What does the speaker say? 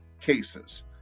cases